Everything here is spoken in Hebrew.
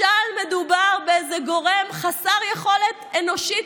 משל מדובר באיזה גורם חסר יכולת אנושית